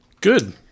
Good